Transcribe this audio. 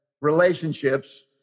relationships